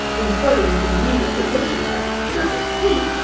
importing the mere perdition of the turkish fleet,